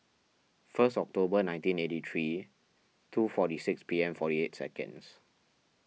first October nineteen eighty three two forty six P M forty eight seconds